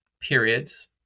periods